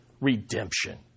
redemption